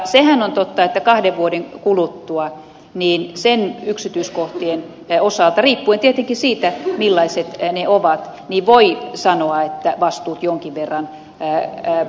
sehän on totta että kahden vuoden kuluttua sen yksityiskohtien osalta riippuen tietenkin siitä millaiset ne ovat voi sanoa että vastuut jonkin verran kasvavat